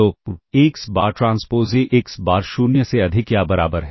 तो x bar transpose A x bar 0 से अधिक या बराबर है